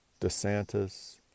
DeSantis